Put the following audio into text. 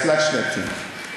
אז תלת-שנתי.